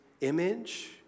image